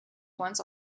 once